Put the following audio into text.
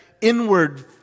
inward